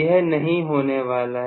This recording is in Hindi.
यह नहीं होने वाला है